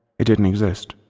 it didn't exist.